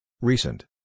Recent